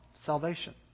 salvation